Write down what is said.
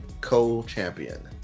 Co-Champion